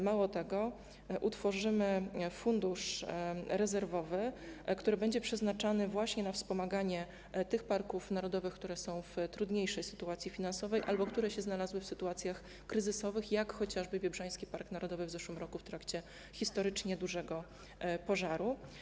Mało tego, utworzymy fundusz rezerwowy, który będzie przeznaczany właśnie na wspomaganie tych parków narodowych, które są w trudniejszej sytuacji finansowej albo które się znalazły w sytuacjach kryzysowych, jak chociażby Biebrzański Park Narodowy w zeszłym roku w trakcie historycznie dużego pożaru.